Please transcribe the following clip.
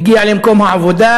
מגיע למקום העבודה,